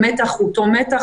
המתח הוא אותו מתח,